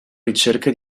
ricerche